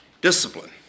Discipline